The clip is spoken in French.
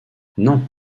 non